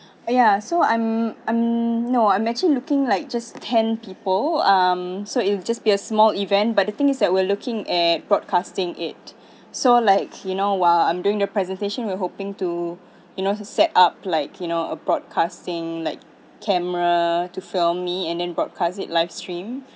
ya so I'm I'm no I'm actually looking like just ten people um so it'll just be a small event but the thing is that we're looking at broadcasting it so like you know while I'm doing their presentation we're hoping to in order to set up like you know a broadcasting like camera to film me and then broadcast it live stream